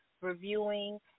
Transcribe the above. reviewing